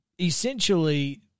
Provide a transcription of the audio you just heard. Essentially